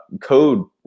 code